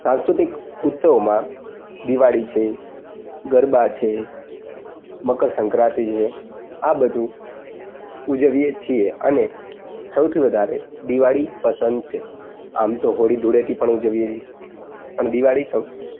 સાંસ્કૃતિક ઉત્સવમાં દિવાળી છે ગરબા છે મકરસંક્રાંતિ છે આ બધું ઉજવીએ છીએ અને સૌથી વધારે દિવાળી પસંદ છે આમ તો હોળી ધુળેટી પણ ઉજવીએ છીએ પણ દિવાળી સૌથી